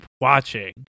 watching